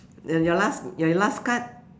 your your last your last card